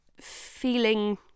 Feeling